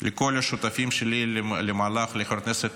לכל השותפים שלי למהלך, לחבר הכנסת